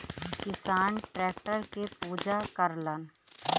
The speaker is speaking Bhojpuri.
किसान टैक्टर के पूजा करलन